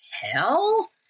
hell